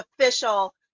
official